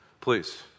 please